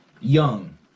young